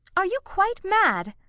are you quite mad?